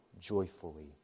joyfully